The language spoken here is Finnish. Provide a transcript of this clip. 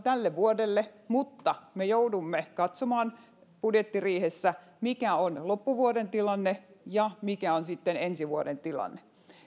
tälle vuodelle mutta me joudumme katsomaan budjettiriihessä mikä on loppuvuoden tilanne ja mikä on sitten ensi vuoden tilanne